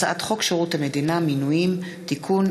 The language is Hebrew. הצעת חוק המפלגות (תיקון,